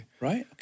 Right